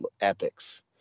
epics